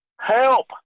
help